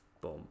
Boom